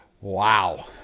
wow